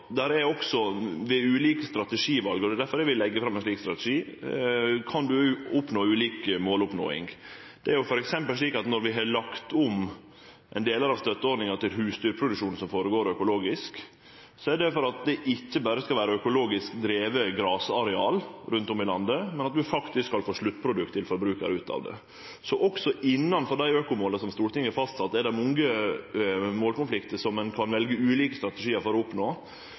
ved ulike strategival – og det er difor eg vil leggje fram ein slik strategi – kan ein nå ulike mål. Det er f.eks. slik at når vi har lagt om delar av støtteordninga til økologisk husdyrproduksjon, er det for at det ikkje berre skal vere økologisk drive grasareal rundt om i landet, men at vi faktisk skal få sluttprodukt til forbrukar ut av det. Så også innanfor dei økomåla som Stortinget har fastsett, er det mange målkonfliktar som ein kan velje ulike strategiar for å oppnå.